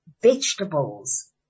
vegetables